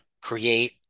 create